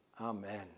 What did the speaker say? Amen